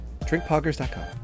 drinkpoggers.com